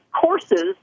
courses